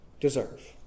Deserve